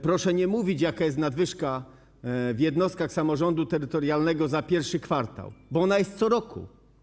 Proszę nie mówić, jaka jest nadwyżka w jednostkach samorządu terytorialnego za I kwartał, bo ona jest co roku.